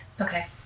Okay